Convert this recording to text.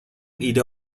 ایده